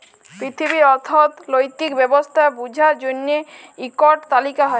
পিথিবীর অথ্থলৈতিক ব্যবস্থা বুঝার জ্যনহে ইকট তালিকা হ্যয়